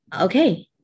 okay